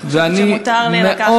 ואני מאוד אני חושבת שמותר לי לקחת,